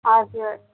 हजुर